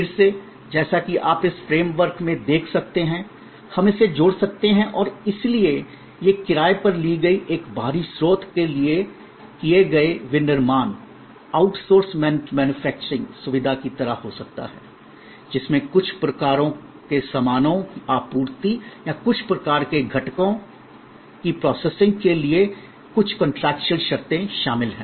फिर से जैसा कि आप इस फ्रेम वर्क में देख सकते हैं हम इसे जोड़ सकते हैं और इसलिए यह किराए पर ली गई एक बाहरी स्रोत से किए गए विनिर्माण आउटसोर्स मैन्युफैक्चरिंग outsourced manufacturing सुविधा की तरह हो सकता है जिसमें कुछ प्रकार के सामानों की आपूर्ति या कुछ प्रकार के घटकों की प्रोसेसिंग के लिए कुछ संविदात्मक कॉन्ट्रेक्चुअल शर्तें शामिल हैं